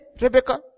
Rebecca